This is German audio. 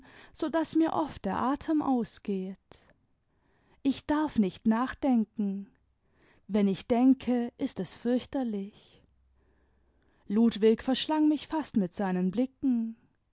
so daß mir oft der atem ausgeht ich darf nicht nachdenken wenn ich denke ist es fürchterlich ludwig verschlang mich fast mit seinen blicken